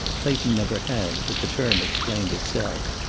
clayton never had, but the term explained itself.